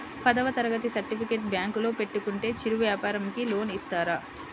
పదవ తరగతి సర్టిఫికేట్ బ్యాంకులో పెట్టుకుంటే చిరు వ్యాపారంకి లోన్ ఇస్తారా?